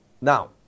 now